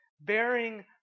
bearing